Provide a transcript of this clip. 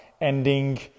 Ending